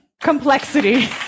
complexity